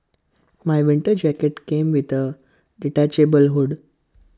my winter jacket came with A detachable hood